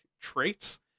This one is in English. traits